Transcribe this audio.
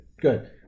good